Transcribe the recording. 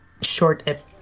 short